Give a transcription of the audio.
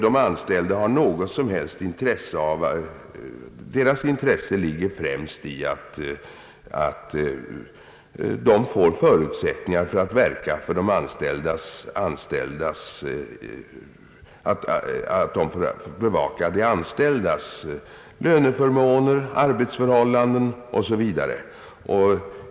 De anställdas intresse ligger främst i att det skapas förutsättningar för bevakning av löneförmåner, arbetsförhållanden osv.